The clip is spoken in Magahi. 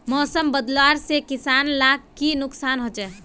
मौसम बदलाव से किसान लाक की नुकसान होचे?